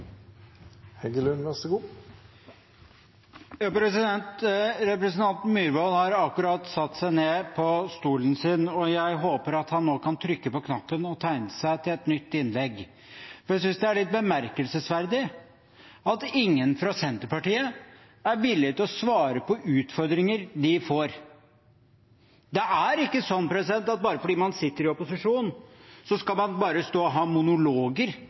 jeg håper han nå kan trykke på knappen og tegne seg til et nytt innlegg, for jeg synes det er litt bemerkelsesverdig at ingen fra Senterpartiet er villige til å svare på utfordringer de får. Det er ikke sånn at fordi man sitter i opposisjon, skal man bare stå og ha monologer